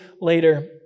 later